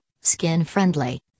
skin-friendly